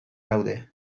gaude